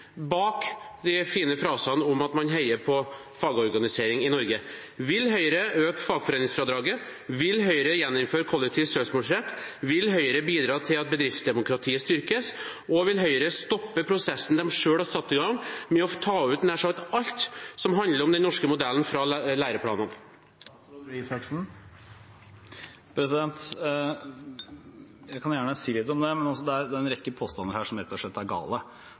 bak de fine frasene om at man heier på fagorganisering i Norge. Vil Høyre øke fagforeningsfradraget? Vil Høyre gjeninnføre kollektiv søksmålsrett? Vil Høyre bidra til at bedriftsdemokratiet styrkes? Og vil Høyre stoppe prosessen de selv har satt i gang med å ta ut nær sagt alt som handler om den norske modellen fra læreplanene? Jeg kan gjerne si litt om det, men det er en rekke påstander her som rett og slett er gale.